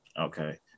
okay